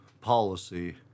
policy